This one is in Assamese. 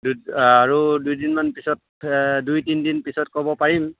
দুই আৰু দুদিনমান পিছত দুই তিনিদিন পিছত ক'ব পাৰিম